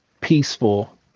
peaceful